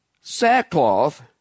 sackcloth